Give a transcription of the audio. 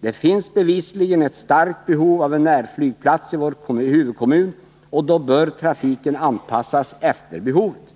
Det finns bevisligen ett starkt behov av en närflygplats i vår huvudkommun, och då bör trafiken anpassas efter behovet.